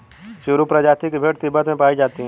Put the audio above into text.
चिरु प्रजाति की भेड़ तिब्बत में पायी जाती है